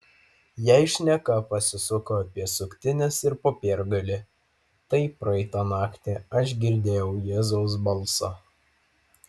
jei šneka pasisuko apie suktines ir popiergalį tai praeitą naktį aš girdėjau jėzaus balsą